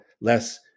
less